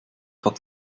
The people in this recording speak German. hat